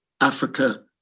Africa